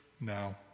now